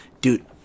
dude